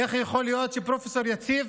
איך יכול להיות שפרופ' יציב